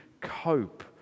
cope